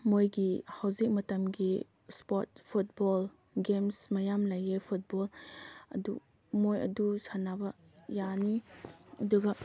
ꯃꯣꯏꯒꯤ ꯍꯧꯖꯤꯛ ꯃꯇꯝꯒꯤ ꯏꯁꯄꯣꯠ ꯐꯨꯠꯕꯣꯜ ꯒꯦꯝꯁ ꯃꯌꯥꯝ ꯂꯩꯌꯦ ꯐꯨꯠꯕꯣꯜ ꯑꯗꯨ ꯃꯣꯏ ꯑꯗꯨ ꯁꯥꯟꯅꯕ ꯌꯥꯅꯤ ꯑꯗꯨꯒ